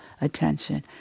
attention